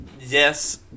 yes